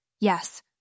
Yes